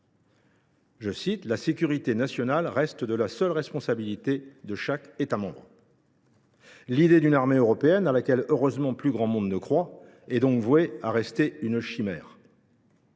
clair :« La sécurité nationale reste de la seule responsabilité de chaque État membre. » L’idée d’une armée européenne, à laquelle, heureusement, plus grand monde ne croit, est donc vouée à rester une chimère.